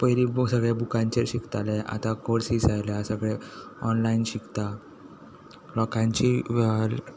पयलीं लोक सगल्या बुकांचेर शिकताले आतां कोर्सीस आयल्या सगलें ऑनलायन शिकता लोकांची